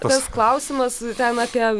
tas klausimas ten apie